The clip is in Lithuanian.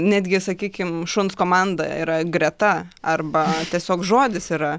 netgi sakykim šuns komanda yra greta arba tiesiog žodis yra